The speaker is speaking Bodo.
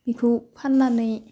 बेखौ फान्नानै